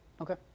Okay